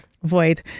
Void